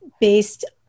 based